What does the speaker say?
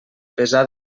pesar